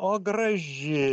o graži